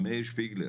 מאיר שפיגלר,